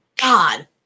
God